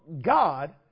God